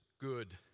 good